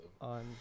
on